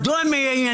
מדוע?